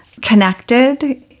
connected